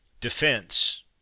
Defense